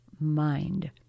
mind